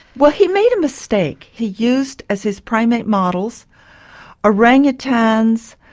well he made a mistake, he used as his primate models orang-utans,